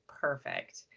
perfect